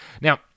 Now